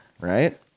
right